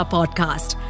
Podcast